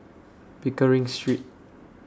Pickering Street